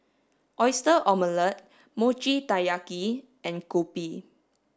Oyster Omelette Mochi Taiyaki and Kopi